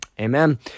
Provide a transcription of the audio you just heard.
amen